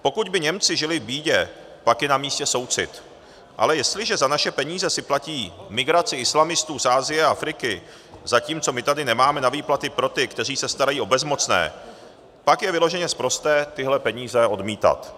Pokud by Němci žili v bídě, pak je namístě soucit, ale jestliže si za naše peníze platí migraci islamistů z Asie a Afriky, zatímco my tady nemáme na výplaty pro ty, kteří se starají o bezmocné, pak je vyloženě sprosté tyhle peníze odmítat.